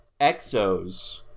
Exos